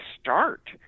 start